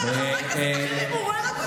יש חברי כנסת אחרים, והוא רואה רק אותי.